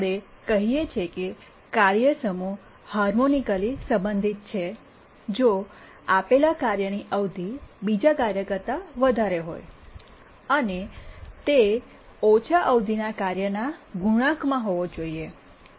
આપણે કહીએ છીએ કે કાર્ય સમૂહ હાર્મોનિકલી સંબંધિત છે જો આપેલા કાર્યની અવધિ બીજા કાર્ય કરતા વધારે હોય અને તે ઓછા અવધિના કાર્યના ગુણાંકમાં હોવો જોઈએ